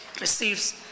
receives